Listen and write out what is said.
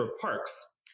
parks